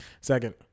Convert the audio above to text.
Second